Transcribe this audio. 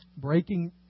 Breaking